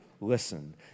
listen